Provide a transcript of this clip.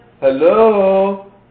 Hello